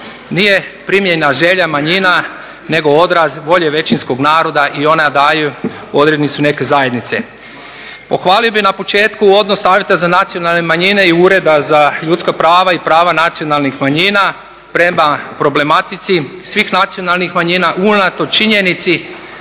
nije primjena želja manjina, nego odraz volje većinskog naroda i ona daju odrednicu neke zajednice. Pohvalio bih na početku odnos Savjeta za nacionalne manjine i Ureda za ljudska prava i prava nacionalnih manjina prema problematici svih nacionalnih manjina unatoč činjenici